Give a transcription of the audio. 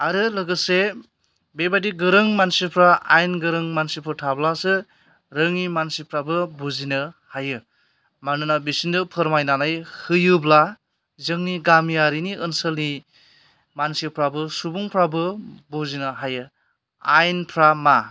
आरो लोगोसे बिबादि गोरों मानसिफ्रा आइन गोरों मानसिफोर थाब्लासो रोङि मानसिफ्राबो बुजिनो हायो मानोना बिसोरनो फोरमायनानै होयोब्ला जोंनि गामियारिनि ओनसोलनि मानसिफ्राबो सुबुंफ्राबो बुजिनो हायो आइनफ्रा मा